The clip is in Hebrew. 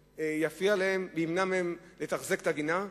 שיפריע להם או ימנע מהם לתחזק את הגינה.